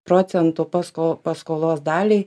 procentų paskol paskolos daliai